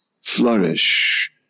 flourish